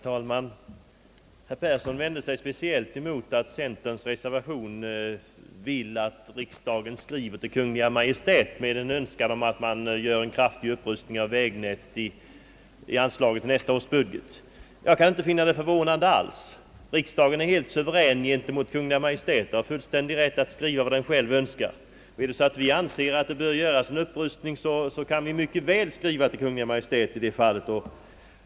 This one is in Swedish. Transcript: Herr talman! Herr Persson vände sig speciellt mot att centern i sin reservation vill att riksdagen skriver till Kungl. Maj:t och ger till känna en önskan om kraftig upprustning av vägnätet genom höjning av väganslaget i nästa års budget. Jag kan inte alls finna något förvånande i att riksdagen skriver på det sättet. Riksdagen är helt suverän gentemot Kungl. Maj:t och har full rätt att skriva vad den önskar. Anser riksdagen att det bör göras en upprustning så kan den mycket väl skriva till Kungl. Maj:t.